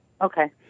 Okay